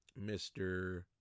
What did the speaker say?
Mr